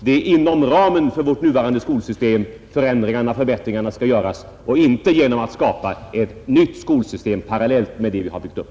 Det är inom ramen för vårt nuvarande skolsystem som förändringarna och förbättringarna skall göras och inte genom att skapa ett nytt skolsystem parallellt med det vi byggt upp.